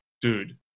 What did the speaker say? dude